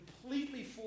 completely